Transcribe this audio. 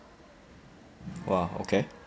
!wah! okay